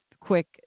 quick